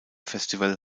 festival